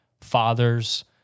fathers